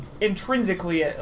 intrinsically